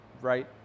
right